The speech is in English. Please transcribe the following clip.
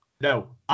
No